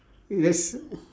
yes